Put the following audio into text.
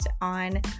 on